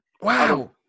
Wow